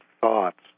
thoughts